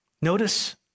notice